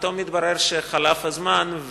פתאום מתברר שחלף הזמן,